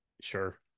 Sure